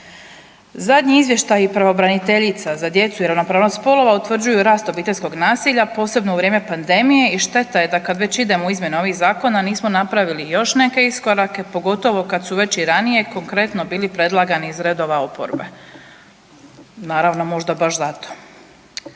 Zadnji izvještaj pravobraniteljica za djecu i ravnopravnost spolova utvrđuju rast obiteljskog nasilja, posebno u vrijeme pandemije i šteta je da kad već idemo u izmjene ovih zakona nismo napravili još neke iskorake, pogotovo kad su već i ranije konkretno bili predlagani iz redova iz oporbe. Naravno, možda baš zato.